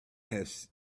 have